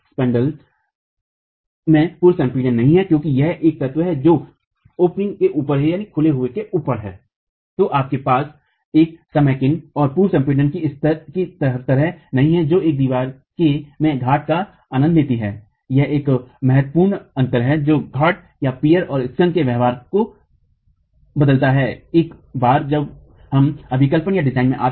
spandrel में पूर्व संपीड़न नहीं है क्योंकि यह एक तत्व है जो छेदखुलव के ऊपर है